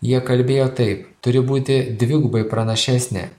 jie kalbėjo taip turi būti dvigubai pranašesnė